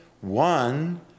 one